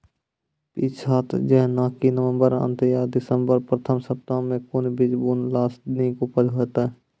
पीछात जेनाकि नवम्बर अंत आ दिसम्बर प्रथम सप्ताह मे कून बीज बुनलास नीक उपज हेते?